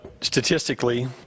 statistically